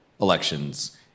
elections